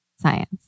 science